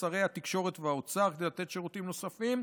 שרי התקשורת והאוצר כדי לתת שירותים נוספים,